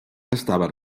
estava